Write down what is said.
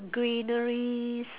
greeneries